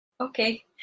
Okay